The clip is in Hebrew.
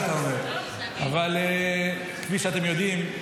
כפי שאתם יודעים,